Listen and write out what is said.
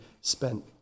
spent